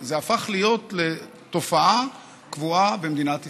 שזה הפך להיות לתופעה קבועה במדינת ישראל.